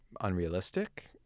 unrealistic